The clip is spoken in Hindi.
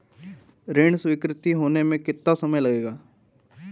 ऋण स्वीकृति होने में कितना समय लगेगा?